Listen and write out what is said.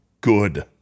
good